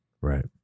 Right